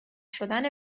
شدن